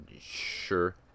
Sure